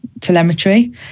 telemetry